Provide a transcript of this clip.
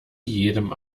jedem